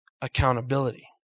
accountability